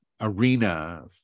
arena